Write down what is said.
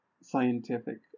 scientific